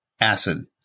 acid